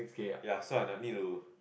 ya so I need to